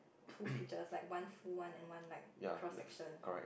two peaches like one full one and one like cross section